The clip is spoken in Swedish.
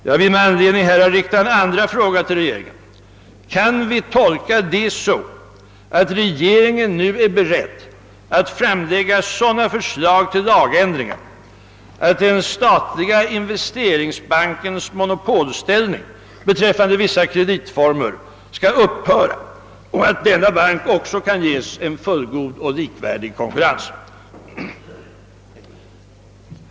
Jag vill med anledning härav rikta en andra fråga till regeringen: Kan vi tolka detta så att regeringen nu är beredd att framlägga sådana förslag till lagändringar att den statliga investeringsbankens monopolställning beträffande vissa kreditformer skall upphöra och att denna bank även kan ges en fullgod och likvärdig konkurrens?